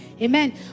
Amen